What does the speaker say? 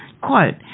Quote